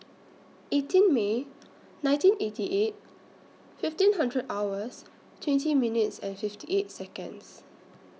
eighteen May nineteen eighty eight fifteen hundred hours twenty minutes and fifty eight Seconds